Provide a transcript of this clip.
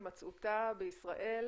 הימצאותה בישראל,